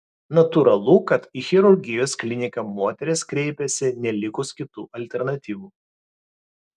natūralu kad į chirurgijos kliniką moterys kreipiasi nelikus kitų alternatyvų